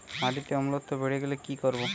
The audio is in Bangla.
মাটিতে অম্লত্ব বেড়েগেলে কি করব?